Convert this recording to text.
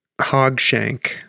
Hogshank